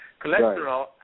cholesterol